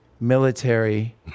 military